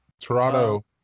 Toronto